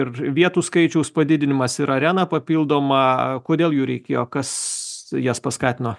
ir vietų skaičiaus padidinimas ir arena papildoma kodėl jų reikėjo kas jas paskatino